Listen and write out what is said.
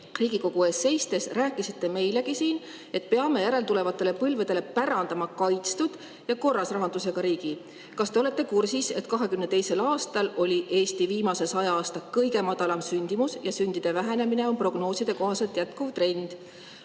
Riigikogu ees seistes, et peame järeltulevatele põlvedele pärandama kaitstud ja korras rahandusega riigi. Kas te olete kursis, et 2022. aastal oli Eesti viimase 100 aasta kõige madalam sündimus ja sündide vähenemine on prognooside kohaselt jätkuv trend?